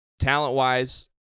Talent-wise